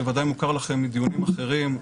שוודאי מוכר לכם מדיונים אחרים,